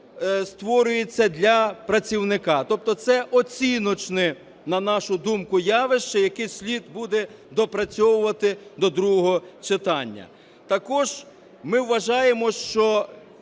створюються для працівника. Тобто це оціночне, на нашу думку, явище, яке слід буде доопрацьовувати до другого читання. Також ми вважаємо, що